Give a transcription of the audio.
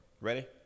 Ready